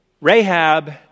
Rahab